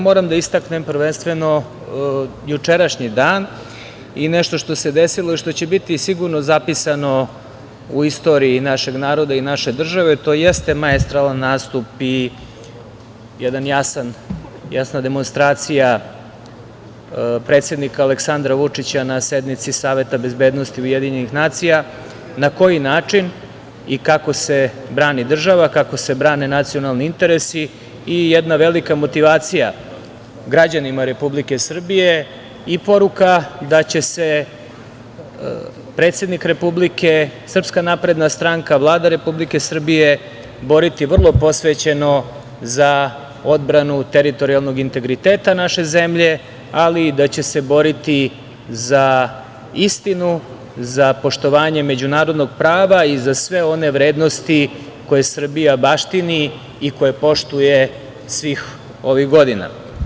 Moram da istaknem prvenstveno jučerašnji dan i nešto što se desilo i što će biti sigurno zapisano u istoriji našeg naroda i naše države, to jeste maestralan nastup i jedna jasna demonstracija predsednika Aleksandra Vučića na sednici Saveta bezbednosti UN, na koji način i kako se brani država, kako se brane nacionalni interesi i jedna velika motivacija građanima Republike Srbije i poruka da će se predsednik Republike, SNS, Vlada Republike Srbije boriti vrlo posvećeno za odbranu teritorijalnog integriteta naše zemlje, ali i da će se boriti za istinu, za poštovanje međunarodnog prava i za sve one vrednosti koje Srbija baštini i koje poštuje svih ovih godina.